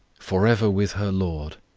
for ever with her lord,